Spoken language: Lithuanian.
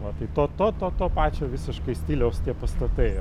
va tai to to to pačio visiškai stiliaus tie pastatai